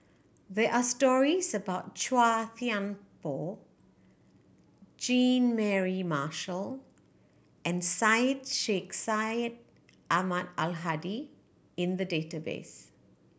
there are stories about Chua Thian Poh Jean Mary Marshall and Syed Sheikh Syed Ahmad Al Hadi in the database